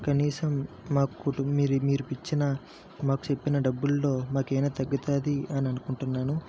కనీసం మా కుటుంబ మీరు మీరు ఇచ్చిన మాకు చెప్పిన డబ్బుల్లో మాకు ఏమైనా తగ్గుతుంది అని అనుకుంటున్నాను